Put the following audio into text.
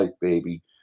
baby